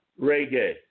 reggae